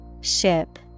ship